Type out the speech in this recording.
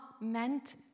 meant